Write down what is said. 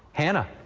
hannah.